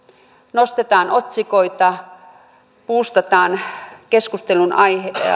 nostetaan otsikoita buustataan keskustelunaiheita